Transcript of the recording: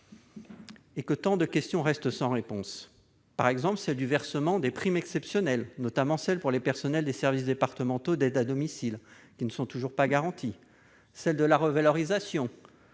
! Tant de questions restent sans réponse. Parmi elles, celle du versement des primes exceptionnelles, notamment pour les personnels des services départementaux d'aide à domicile, qui n'est toujours pas garanti. La question de la revalorisation